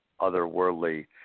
otherworldly